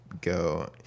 go